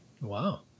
Wow